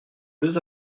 deux